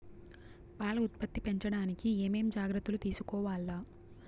పాల ఉత్పత్తి పెంచడానికి ఏమేం జాగ్రత్తలు తీసుకోవల్ల?